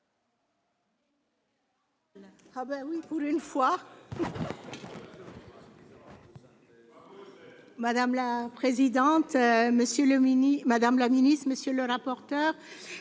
Madame la présidente, madame la ministre, monsieur le rapporteur,